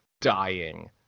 dying